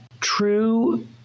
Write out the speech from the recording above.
true